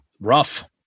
Rough